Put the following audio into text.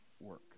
work